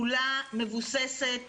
כולה מבוססת